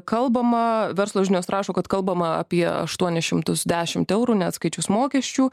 kalbama verslo žinios rašo kad kalbama apie aštuonis šimtus dešimt eurų neatskaičius mokesčių